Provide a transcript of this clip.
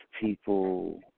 people